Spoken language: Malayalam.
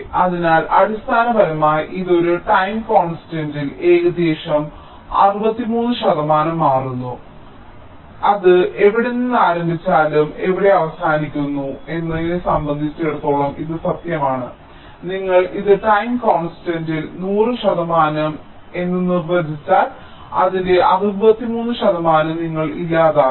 അതിനാൽ അടിസ്ഥാനപരമായി ഇത് ഒരു ടൈം കോൺസ്റ്റന്റ് ൽ ഏകദേശം 63 ശതമാനം മാറുന്നു അത് എവിടെ നിന്ന് ആരംഭിച്ചാലും എവിടെ അവസാനിക്കുന്നു എന്നതിനെ സംബന്ധിച്ചും ഇത് സത്യമാണ് നിങ്ങൾ ഇത് ടൈം കോൺസ്റ്റന്റ് ൽ 100 ശതമാനം എന്ന് നിർവചിച്ചാൽ അതിന്റെ 63 ശതമാനം നിങ്ങൾ ഇല്ലാതാകും